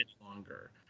longer